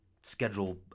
schedule